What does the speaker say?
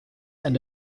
and